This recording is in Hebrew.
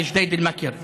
בג'דיידה-אל-מכר.